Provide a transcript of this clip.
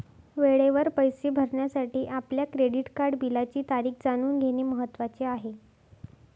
वेळेवर पैसे भरण्यासाठी आपल्या क्रेडिट कार्ड बिलाची तारीख जाणून घेणे महत्वाचे आहे